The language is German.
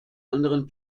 anderen